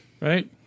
Right